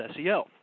SEO